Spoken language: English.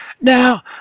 Now